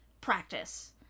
practice